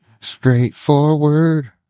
Straightforward